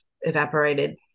evaporated